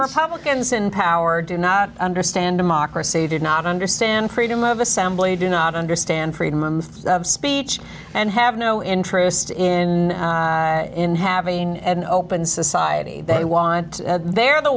republicans in power do not understand democracy did not understand freedom of assembly do not understand freedom of speech and have no interest in in having an open society they want they're the